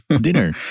dinner